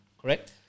correct